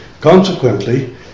Consequently